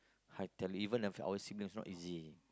I tell you even if our siblings also not easy